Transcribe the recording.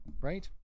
right